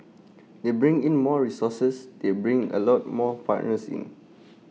they bring in more resources they bring A lot more partners in